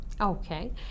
Okay